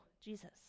Jesus